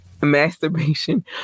masturbation